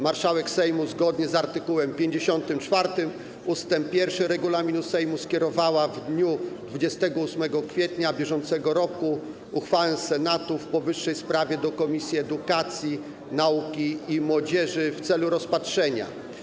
Marszałek Sejmu, zgodnie z art. 54 ust. 1 regulaminu Sejmu, skierowała w dniu 28 kwietnia br. uchwałę Senatu w powyższej sprawie do Komisji Edukacji, Nauki i Młodzieży w celu rozpatrzenia.